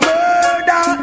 Murder